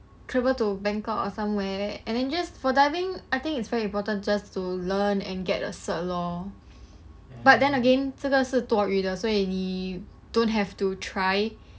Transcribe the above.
travel to bangkok or somewhere and then just for diving I think it's very important to just to learn and get a cert lor but then again 这个是多馀的所以你 don't have to try